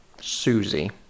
Susie